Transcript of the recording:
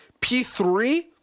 P3